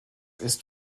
ist